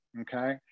okay